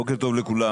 בוקר טוב לכולם.